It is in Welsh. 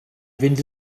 fynd